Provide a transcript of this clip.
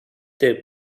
their